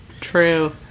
True